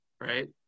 right